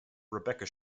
rebekah